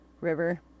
river